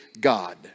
God